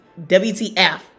WTF